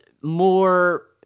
more